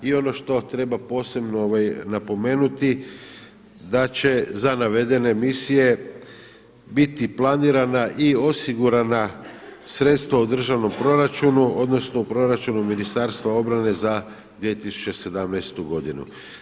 I ono što treba posebno napomenuti da će za navedene misije biti planirana i osigurana sredstva u državnom proračunu odnosno u proračunu Ministarstva obrane za 2017. godinu.